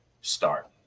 start